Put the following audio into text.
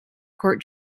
court